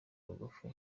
bugufi